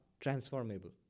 transformable